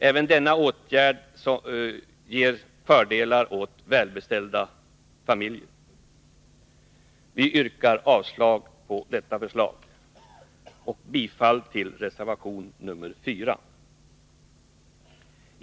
Även denna åtgärd ger fördelar åt välbeställda familjer. Vi yrkar avslag på detta förslag och bifall till reservation nr 4.